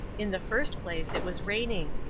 in the first place it was raining.